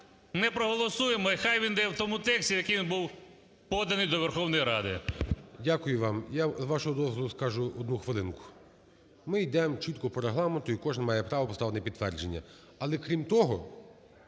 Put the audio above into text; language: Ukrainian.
ми проголосуємо, і хай він йде в тому тексті, в якому він був поданий до Верховної Ради. ГОЛОВУЮЧИЙ. Дякую вам. Я з вашого дозволу скажу, одну хвилинку. Ми йдемо чітко по Регламенту, і кожен має право поставити на підтвердження, але крім того,